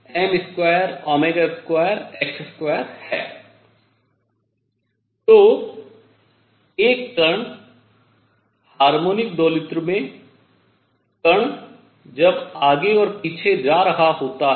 तो एक हार्मोनिक दोलित्र में कण जब आगे और पीछे जा रहा होता है